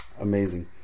Amazing